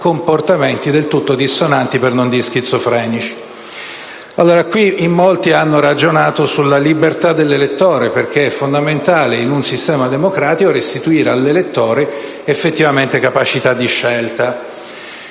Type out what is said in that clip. comportamenti del tutto dissonanti, per non dire schizofrenici. In molti hanno ragionato sulla libertà dell'elettore: è fondamentale, infatti, in un sistema democratico restituire all'elettore capacità di scelta,